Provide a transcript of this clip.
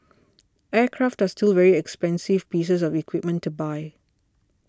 aircraft are still very expensive pieces of equipment to buy